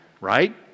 right